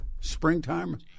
springtime